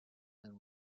and